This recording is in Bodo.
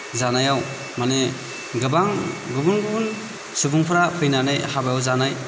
जानायाव माने गोबां गुबुन गुबुन सुबुंफोरा फैनानै हाबायाव जानाय